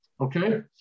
okay